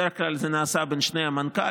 בדרך כלל זה נעשה בין שני המנכ"לים,